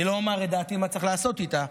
אני לא אומר את דעתי מה צריך לעשות איתה,